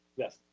yes.